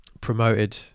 promoted